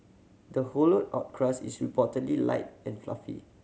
the hollowed out crust is reportedly light and fluffy